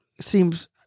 seems